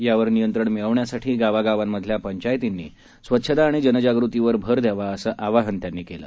यावर नियंत्रण मिळवण्यासाठी गावागावांमधल्या पंचायतींनी स्वच्छता आणि जनजाग़तीवर भर द्यावा असं आवाहन त्यांनी केलं